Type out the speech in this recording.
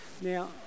now